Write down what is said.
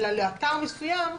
אלא לאתר למסוים.